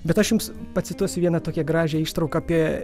bet aš jums pacituosiu vieną tokią gražią ištrauką apie